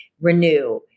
renew